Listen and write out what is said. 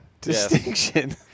Distinction